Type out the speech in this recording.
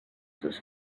sus